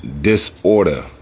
disorder